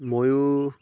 ময়ো